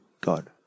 God